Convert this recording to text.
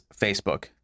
facebook